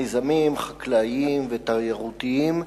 מיזמים חקלאיים ותיירותיים,